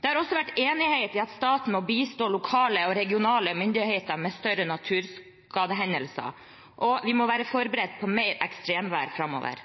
Det er også enighet om at staten må bistå lokale og regionale myndigheter ved større naturskadehendelser, og at vi må være forberedt på mer ekstremvær framover.